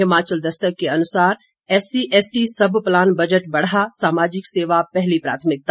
हिमाचल दस्तक के अनुसार SC ST sub plan budget बढ़ा सामाजिक सेवा पहली प्राथमिकता